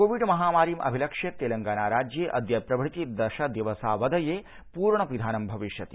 COVID महामारीम् अभिलक्ष्य तेलंगाना राज्ये अद्यप्रभृति दृश दिवसावधये पूर्ण पिधानं भविष्यति